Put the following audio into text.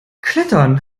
klettern